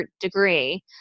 degree